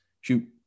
shoot